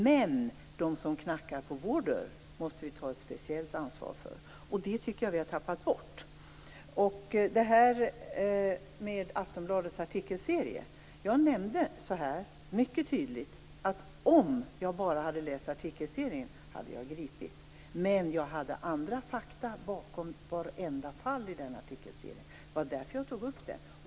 Men vi måste ta ett speciellt ansvar för dem som knackar på vår dörr. Det tycker jag att vi har tappat bort. Jag nämnde mycket tydligt att om jag bara hade läst Aftonbladets artikelserie hade jag gripits, men jag hade andra fakta bakom vartenda fall i den artikelserien. Det var därför jag tog upp den.